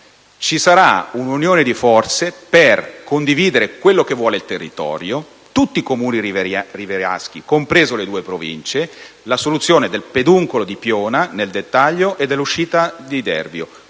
ci sia un'unione di forze per condividere quello che vuole il territorio, tutti i Comuni rivieraschi, comprese le due Province: la soluzione del peduncolo di Piona, nel dettaglio, e dell'uscita di Dervio.